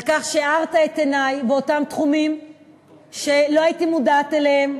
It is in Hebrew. על כך שהארת את עיני באותם תחומים שלא הייתי מודעת אליהם,